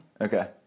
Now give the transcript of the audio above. Okay